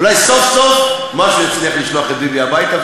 אולי סוף-סוף משהו יצליח לשלוח את ביבי הביתה.